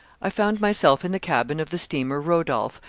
i found myself in the cabin of the steamer rodolph,